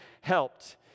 helped